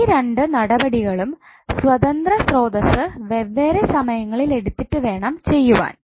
ഈ രണ്ടു നടപടികളും സ്വതന്ത്ര സ്രോതസ്സ് വെവ്വേറെ സമയങ്ങളിൽ എടുത്തിട്ട് വേണം ചെയ്യുവാൻ